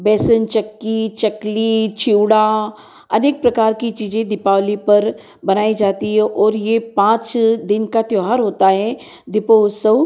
बेसन चक्की चकली चिउड़ा अधिक प्रकार की चीज़ें दीपावली पर बनाई जाती है और ये पाँच दिन का त्योहार होता है दीपोत्सव